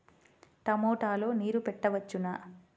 టమాట లో నీరు పెట్టవచ్చునా?